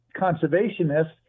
conservationists